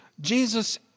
Jesus